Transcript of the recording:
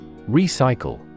Recycle